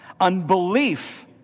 Unbelief